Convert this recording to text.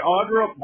Audra